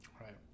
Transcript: right